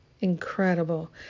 incredible